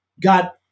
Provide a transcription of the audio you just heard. got